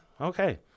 okay